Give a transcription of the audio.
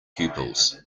pupils